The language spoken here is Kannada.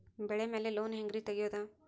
ಬೆಳಿ ಮ್ಯಾಲೆ ಲೋನ್ ಹ್ಯಾಂಗ್ ರಿ ತೆಗಿಯೋದ?